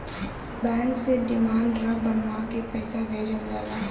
bank से demand draft बनवा के पईसा भेजल जाला